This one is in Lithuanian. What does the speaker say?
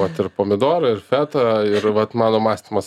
vat ir pomidorą ir fetą ir vat mano mąstymas